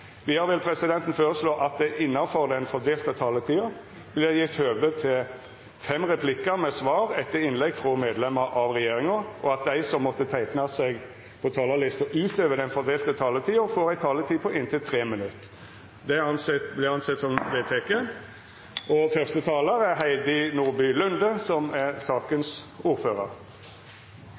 Vidare vil presidenten føreslå at det – innanfor den fordelte taletida – vert gjeve høve til inntil fem replikkar med svar etter innlegg frå medlemer av regjeringa. Vidare vert det føreslått at dei som måtte teikna seg på talarlista utover den fordelte taletida, får ei taletid på inntil tre minutt. – Det er vedteke. Det vi skal behandle nå, er